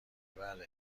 بله